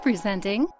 Presenting